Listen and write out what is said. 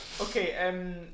Okay